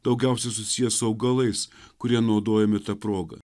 daugiausiai susiję su augalais kurie naudojami ta proga